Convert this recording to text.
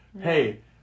Hey